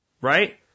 right